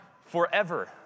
forever